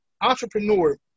entrepreneur